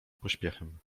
pośpiechem